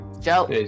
Joe